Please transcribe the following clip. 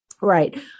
Right